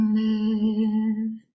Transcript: live